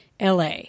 LA